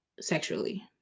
sexually